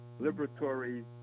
liberatory